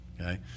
okay